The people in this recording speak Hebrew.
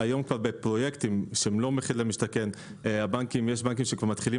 היום בפרויקטים שהם לא מחיר למשתכן יש בנקים שכבר מתחילים